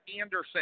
Anderson